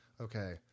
Okay